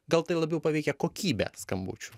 gal tai labiau paveikia kokybę skambučių